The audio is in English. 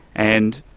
and